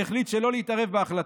וזה החליט שלא להתערב בהחלטה.